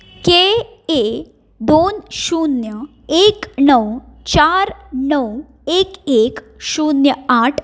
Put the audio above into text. K ए दोन शुन्य एक णव चार णव एक एक शुन्य आठ